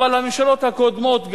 אבל גם הממשלות הקודמות,